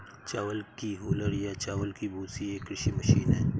चावल की हूलर या चावल की भूसी एक कृषि मशीन है